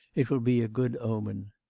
it will be a good omen.